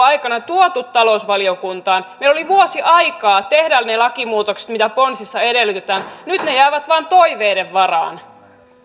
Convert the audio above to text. aikana tuotu talousvaliokuntaan meillä oli vuosi aikaa tehdä ne lakimuutokset mitä ponsissa edellytetään nyt ne jäävät vain toiveiden varaan